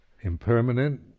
impermanent